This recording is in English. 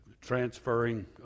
transferring